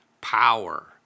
power